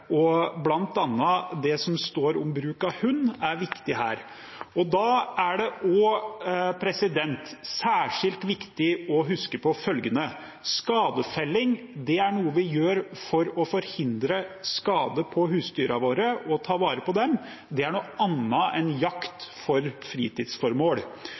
og bl.a. det som står om bruk av hund, er viktig her. Da er det også særskilt viktig å huske på følgende: Skadefelling er noe vi gjør for å forhindre skade på husdyrene våre og ta vare på dem. Det er noe annet enn jakt for fritidsformål.